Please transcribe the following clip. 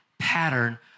pattern